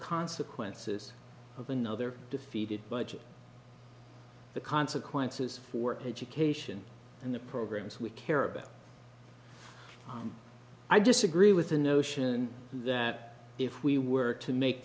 consequences of another defeated budget the consequences for education and the programs we care about i disagree with the notion that if we were to make